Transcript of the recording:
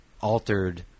altered